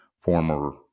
former